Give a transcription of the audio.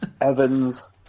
Evans